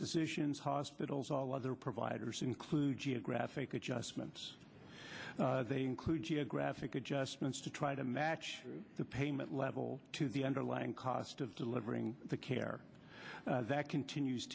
physicians hospitals all other providers include geographic adjustments they include geographic adjustments to try to match the payment level to the underlying cost of delivering care that continues